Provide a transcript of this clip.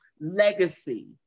legacy